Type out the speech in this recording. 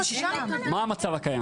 מה המצב הקיים?